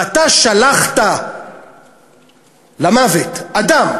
ואתה שלחת למוות אדם